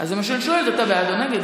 אז זה מה שאני שואלת: אתה בעד או נגד?